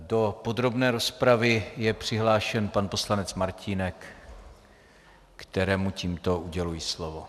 Do podrobné rozpravy je přihlášen pan poslanec Martínek, kterému tímto uděluji slovo.